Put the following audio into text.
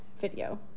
video